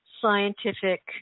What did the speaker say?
scientific